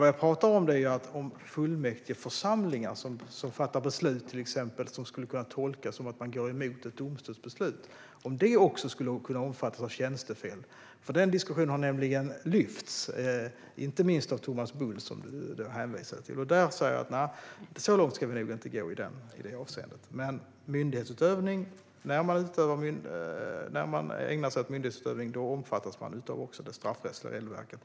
Vad jag talar om är om fullmäktigeförsamlingar till exempel fattar beslut som skulle kunna tolkas som att de går emot ett domstolsbeslut och om det också skulle kunna omfattas av tjänstefel. Den diskussionen har nämligen lyfts upp inte minst av Thomas Bodström, som du hänvisade till. Så långt ska vi nog inte gå i det avseendet. När man ägnar sig åt myndighetsutövning omfattas man också av det straffrättsliga regelverket.